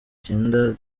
cyenda